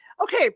Okay